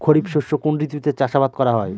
খরিফ শস্য কোন ঋতুতে চাষাবাদ করা হয়?